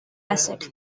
acid